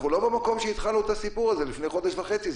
אנחנו לא במקום שהתחלנו את הסיפור הזה לפני חודש וחצי,